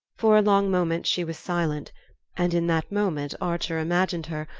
for a long moment she was silent and in that moment archer imagined her,